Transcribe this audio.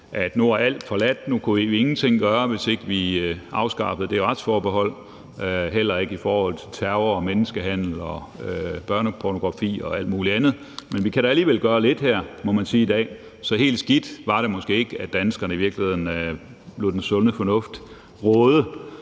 retsforbeholdet, at nu kunne vi ingenting gøre, hvis ikke vi afskaffede det retsforbehold, heller ikke i forhold til terror og menneskehandel og børnepornografi og alt muligt andet. Men vi kan da alligevel gøre lidt her, må man sige i dag, så helt skidt var det måske ikke, at danskerne i virkeligheden lod den sunde fornuft råde